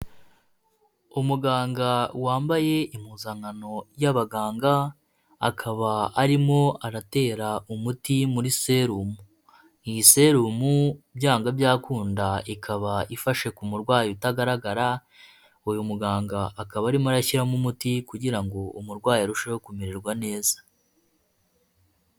Umuganga wambaye impuzankano y'abaganga, akaba arimo aratera umuti muri serumu, iyi serumu byanga byakunda ikaba ifashe ku murwayi utagaragara, uyu muganga akaba arimo ayashyiramo umuti kugira ngo umurwayi arusheho kumererwa neza.